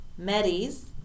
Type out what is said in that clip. Medis